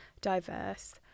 diverse